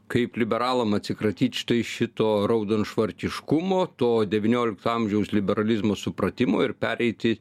kaip liberalam atsikratyt štai šito raudonšvarkiškumo to devyniolikto amžiaus liberalizmo supratimo ir pereiti